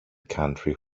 country